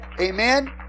Amen